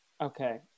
Okay